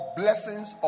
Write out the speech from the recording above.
blessings